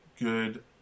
good